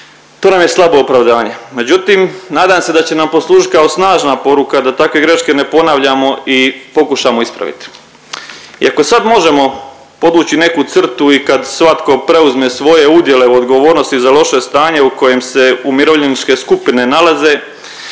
to nam je slabo opravdanje, međutim nadam se da će nam poslužit kao snažna poruka da takve greške ne ponavljamo i pokušamo ispraviti. I ako sad možemo podvući neku crtu i kad svatko preuzme svoje udjele u odgovornosti za loše stanje u kojem se umirovljeničke skupine nalaze,